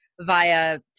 via